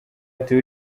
ati